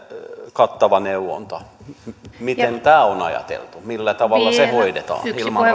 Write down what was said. kattava neuvonta miten tämä on ajateltu millä tavalla se hoidetaan ilman